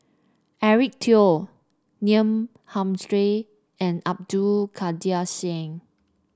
Eric Teo Neil Humphreys and Abdul Kadir Syed